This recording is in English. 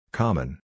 common